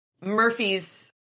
Murphy's